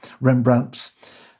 Rembrandt's